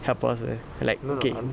help us meh like cake